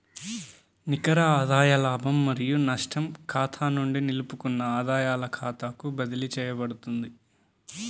నికర ఆదాయ లాభం మరియు నష్టం ఖాతా నుండి నిలుపుకున్న ఆదాయాల ఖాతాకు బదిలీ చేయబడుతుంది